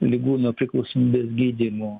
ligų nuo priklausomybės gydymu